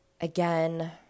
Again